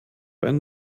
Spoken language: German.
einen